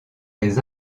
des